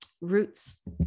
roots